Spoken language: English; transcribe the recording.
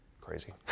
crazy